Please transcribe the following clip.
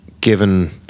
given